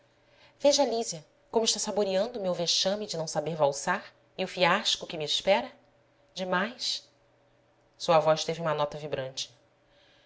lísia como está saboreando o meu vexame de não saber valsar e o fiasco que me espera demais sua voz teve uma nota vibrante